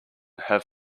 have